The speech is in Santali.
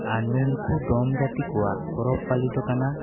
ᱟᱨ ᱱᱩᱱᱠᱩ ᱰᱚᱢ ᱡᱟᱹᱛᱤ ᱠᱚᱣᱟᱜ ᱯᱚᱨᱚᱵᱽ ᱯᱟᱹᱞᱤ ᱫᱚ ᱠᱟᱱᱟ